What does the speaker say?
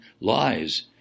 lies